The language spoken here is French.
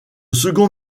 second